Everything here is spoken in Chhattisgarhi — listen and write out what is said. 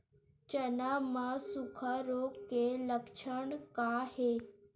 चना म सुखा रोग के लक्षण का हे?